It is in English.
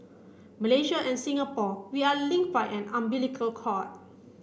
Malaysia and Singapore we are linked by an umbilical cord